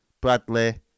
Bradley